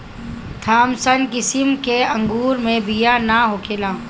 Thompson किसिम के अंगूर मे बिया ना होखेला